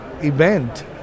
event